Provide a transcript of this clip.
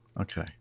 Okay